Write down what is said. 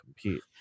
compete